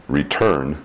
return